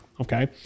Okay